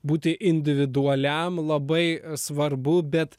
būti individualiam labai svarbu bet